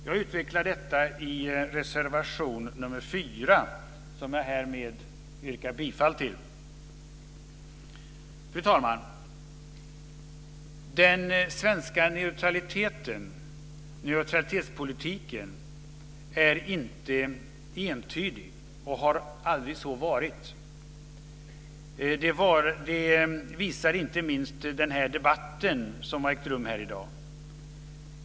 Jag utvecklar detta i reservation nr 4, som jag härmed yrkar bifall till. Fru talman! Den svenska neutralitetspolitiken är inte entydig, och har aldrig varit det. Det visar inte minst den debatt som har ägt rum här i dag.